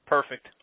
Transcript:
Perfect